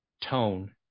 tone